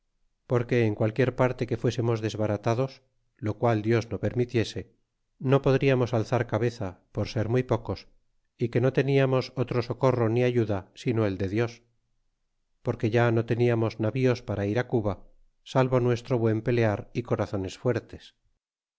porque en qualquier parte que fuésemos desbaratados lo qual dios no permitiese no podriamos alzar cabeza por ser muy pocos y que no teníamos otro socorro ni ayuda sino el de dios porque yano tefiamos navíos para ir á cuba salvo nuestro buen pelear y corazones fuertes